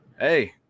Hey